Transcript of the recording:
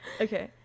Okay